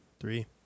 three